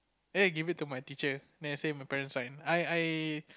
then I give it to my teacher then I say my parent sign I I